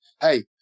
hey